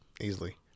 easily